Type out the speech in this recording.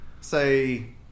say